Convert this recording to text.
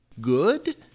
good